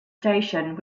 station